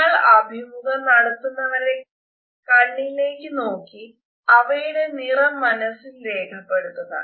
നിങ്ങൾ അഭിമുഖം നടത്തുന്നവരുടെ കണ്ണിലേക്കു നോക്കി അവയുടെ നിറം മനസ്സിൽ രേഖപ്പെടുത്തുക